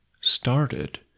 started